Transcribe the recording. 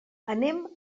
anem